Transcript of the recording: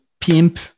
pimp